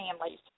families